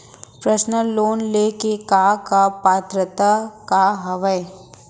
Personal loan ले के का का पात्रता का हवय?